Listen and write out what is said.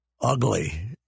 ugly